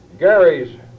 Gary's